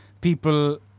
people